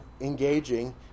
engaging